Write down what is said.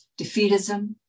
defeatism